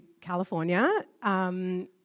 California